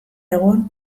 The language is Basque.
egun